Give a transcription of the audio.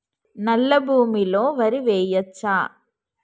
నల్లా భూమి లో వరి వేయచ్చా?